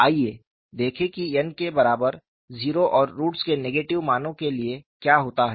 आइए देखें कि n के बराबर 0 और रूट्स के नेगेटिव मानों के लिए क्या होता है